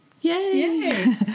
Yay